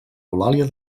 eulàlia